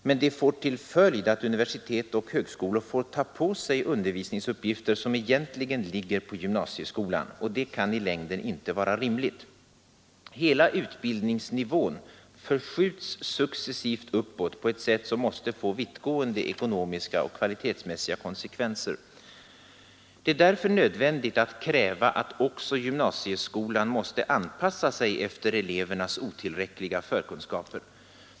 Men det får till följd att universitet och högskolor får ta på sig undervisningsuppgifter som egentligen ligger på gymnasieskolan. Detta kan i längden inte vara rimligt. Hela utbildningsnivån förskjuts successivt uppåt på ett sätt som måste få vittgående ekonomiska och kvalitetsmässiga konsekvenser. Det är därför nödvändigt att kräva att också gymnasieskolan måste anpassa sig efter elevernas otillräckliga förkunskaper.